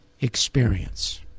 experience